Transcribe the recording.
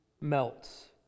melts